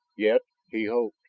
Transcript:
yet he hoped.